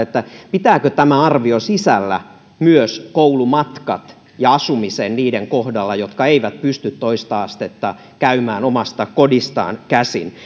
pitääkö tämä arvio sisällään myös koulumatkat ja asumisen niiden kohdalla jotka eivät pysty toista astetta käymään omasta kodistaan käsin